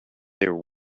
there